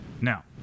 now